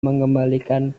mengembalikan